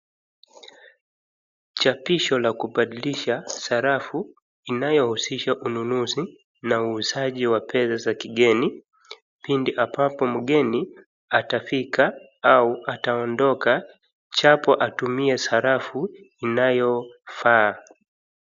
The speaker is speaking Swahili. Chapisho la kubadilisha sarafu inayohusisha ununuzi na uuzaji wa fedha za kigeni pindi ambapo mgeni atafika au ataondoka japo atumie sarafu inayofaa.